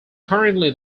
currently